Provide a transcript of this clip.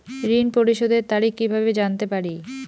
ঋণ পরিশোধের তারিখ কিভাবে জানতে পারি?